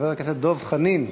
חבר הכנסת דב חנין,